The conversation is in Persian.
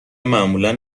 معمولا